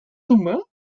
humains